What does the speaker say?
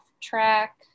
track